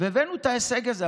והבאנו את ההישג הזה.